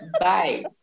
bye